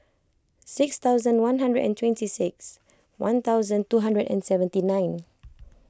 six thousand one hundred and twenty six one thousand two hundred and seventy nine